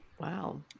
wow